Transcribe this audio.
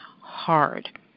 hard